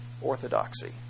orthodoxy